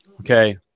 Okay